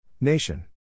Nation